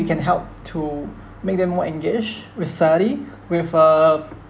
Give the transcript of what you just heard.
it can help to make them more engaged with study with a